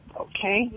Okay